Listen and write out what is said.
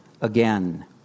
again